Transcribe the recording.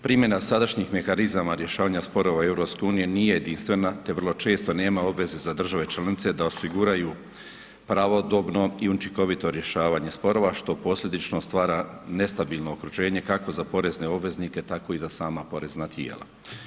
Primjena sadašnjih mehanizama rješavanja sporova u EU nije jedinstvena te vrlo često nema obveze za države članice da osiguraju pravodobno i učinkovito rješavanje sporova što posljedično stvara nestabilno okruženje kako za porezne obveznike tako i za sama porezna tijela.